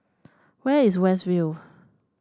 where is West View